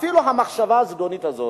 אפילו המחשבה הזדונית הזאת,